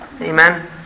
Amen